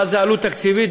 אבל זה עלות תקציבית,